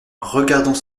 regardons